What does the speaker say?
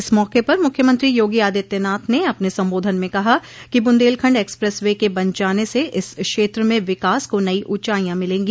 इस मौके पर मुख्यमंत्री योगी आदित्यनाथ ने अपने संबोधन में कहा कि बुन्देलखंड एक्सप्रेस वे के बन जाने से इस क्षेत्र में विकास को नई ऊँचाईयां मिलेंगी